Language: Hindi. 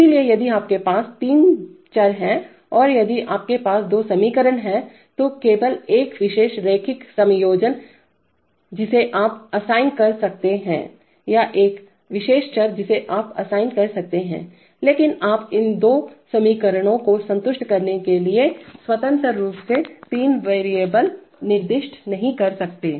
इसलिए यदि आपके पास तीन चर हैं और यदि आपके पास दो समीकरण हैं तो केवल एक विशेष रैखिक संयोजन जिसे आप असाइन कर सकते हैं या एक विशेष चर जिसे आप असाइन कर सकते हैं लेकिन आप इन दो समीकरणों को संतुष्ट करने के लिए स्वतंत्र रूप से तीन चर निर्दिष्ट नहीं कर सकते